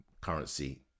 currency